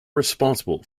responsible